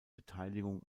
beteiligung